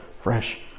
fresh